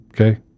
Okay